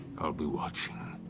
i'll be watching.